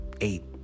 eight